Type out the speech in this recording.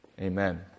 Amen